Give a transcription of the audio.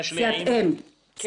סיעת אם.